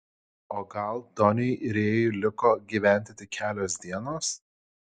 o gal doniui rėjui liko gyventi tik kelios dienos